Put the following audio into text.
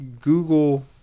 Google